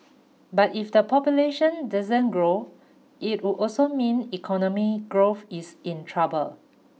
but if the population doesn't grow it would also mean economy growth is in trouble